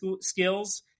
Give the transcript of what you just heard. skills